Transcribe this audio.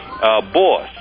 boss